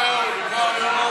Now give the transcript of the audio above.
ההצעה להעביר את